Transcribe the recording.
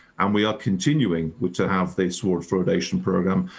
and we are continuing which to have this water fluoridation program.